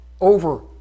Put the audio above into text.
over